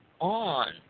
on